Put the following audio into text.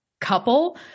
couple